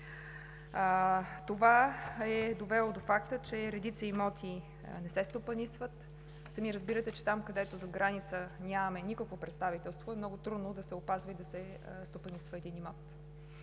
Това е довело до факта, че редица имоти не се стопанисват. Сами разбирате, че там, където зад граница нямаме никакво представителство, е много трудно да се опазва и стопанисва един имот.